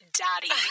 daddy